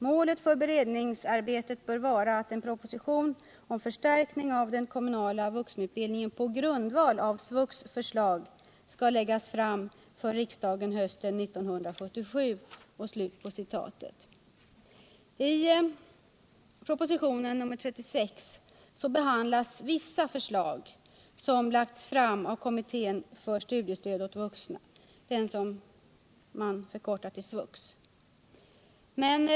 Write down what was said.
Målet för beredningsarbetet bör vara att en proposition om förstärkning av den kommunala vuxenutbildningen på grundval av SVUX:s förslag skall läggas fram för riksdagen hösten 1977.” I propositionen 36 behandlas vissa förslag som lagts fram av kommittén för studiestöd åt vuxna, SVUX.